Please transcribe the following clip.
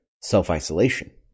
self-isolation